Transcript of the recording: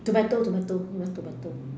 tomato tomato you must tomato